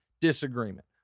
disagreement